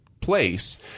place